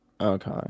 okay